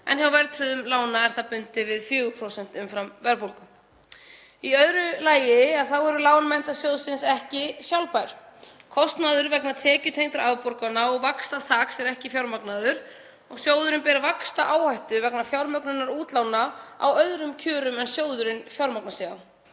en á verðtryggðum lánum er það bundið við 4% umfram verðbólgu. Í öðru lagi eru lán Menntasjóðs námsmanna ekki sjálfbær. Kostnaður vegna tekjutengdra afborgana og vaxtaþaks er ekki fjármagnaður og sjóðurinn ber vaxtaáhættu vegna fjármögnunar útlána á öðrum kjörum en sjóðurinn fjármagnar sig á.